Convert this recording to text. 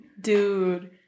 Dude